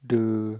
the